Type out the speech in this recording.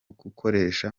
gukoresha